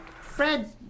Fred